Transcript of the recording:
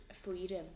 freedom